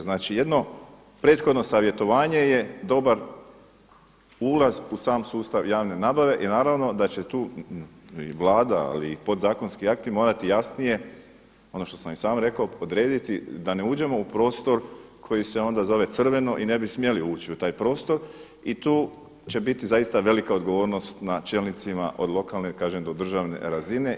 Znači jedno prethodno savjetovanje je dobar ulaz u sam sustav javne nabave i naravno da će tu i Vlada ali i podzakonski akti morati jasnije ono što sam i sam rekao, odrediti da ne uđemo u prostor koji se onda zove crveno i ne bi smjeli ući u taj prostor, i tu će biti zaista velika odgovornost na čelnicima od lokalne do državne razine.